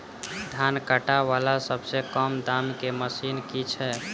धान काटा वला सबसँ कम दाम केँ मशीन केँ छैय?